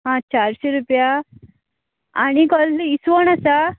आं चारशी रुपया आनी कसलें इसवण आसा